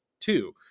two